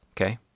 okay